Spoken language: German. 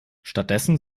stattdessen